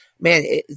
man